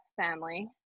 family